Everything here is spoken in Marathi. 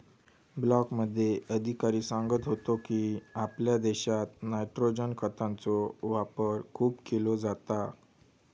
ब्लॉकमध्ये अधिकारी सांगत होतो की, आपल्या देशात नायट्रोजन खतांचो वापर खूप केलो जाता